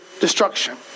destruction